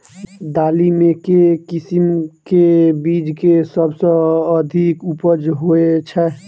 दालि मे केँ किसिम केँ बीज केँ सबसँ अधिक उपज होए छै?